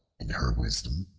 in her wisdom,